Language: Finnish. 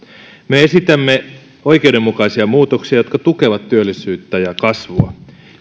me esitämme oikeudenmukaisia muutoksia jotka tukevat työllisyyttä ja kasvua